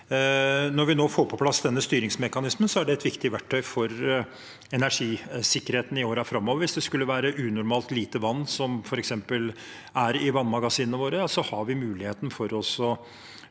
Når vi nå får på plass denne styringsmekanismen, er det et viktig verktøy for energisikkerheten i årene framover. Hvis det skulle være unormalt lite vann i vannmagasinene våre, har vi muligheten til å